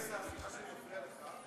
סליחה על ההפרעה.